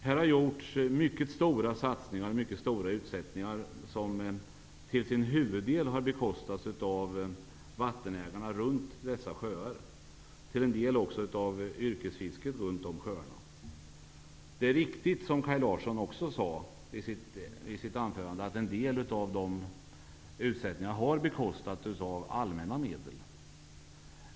Det har gjorts mycket stora satsningar och stora utsättningar, som huvudsakligen har bekostats av vattenägarna runt dessa sjöar, till en del också av yrkesfiskarna runt sjöarna. Det är viktigt att säga, som Kaj Larsson också sade i sitt anförande, att en del av utsättningarna har bekostats med allmänna medel.